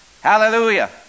Hallelujah